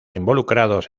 involucrados